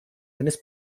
eines